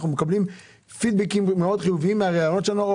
אנחנו מקבלים פידבקים חיוביים מאוד מהראיונות שלנו.